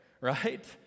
right